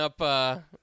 up